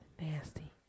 Nasty